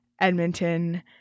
Edmonton